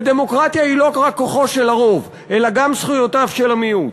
ודמוקרטיה היא לא רק כוחו של הרוב אלא גם זכויותיו של המיעוט,